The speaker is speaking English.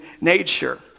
nature